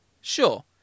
sure